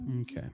Okay